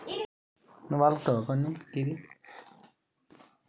Agri e commerce ఎట్ల చేస్తరు?